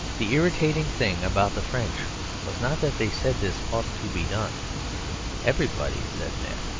the irritating thing about the french was not that they said this ought to be done everybody said that.